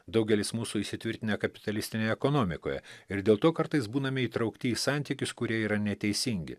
daugelis mūsų įsitvirtinę kapitalistinėje ekonomikoje ir dėl to kartais būname įtraukti į santykius kurie yra neteisingi